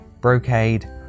brocade